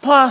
Pa